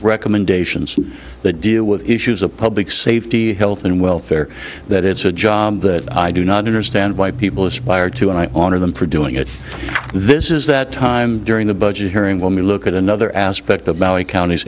recommendations that deal with issues of public safety health and welfare that it's a job that i do not understand why people aspire to and i honor them for doing it this is that time during the budget hearing when we look at another aspect of counties